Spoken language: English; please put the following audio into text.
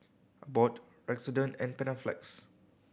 Abbott Redoxon and Panaflex